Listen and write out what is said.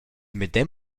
medem